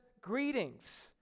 greetings